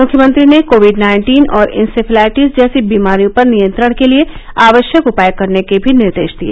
मुख्यमंत्री ने covid nineteen और इसेफलाइटिस जैसी बीमारियों पर नियंत्रण के लिए आवश्यक उपाय करने के भी निर्देश दिए